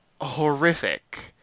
horrific